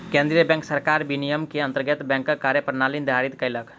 केंद्रीय बैंक सरकार विनियम के अंतर्गत बैंकक कार्य प्रणाली निर्धारित केलक